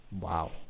Wow